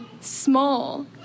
small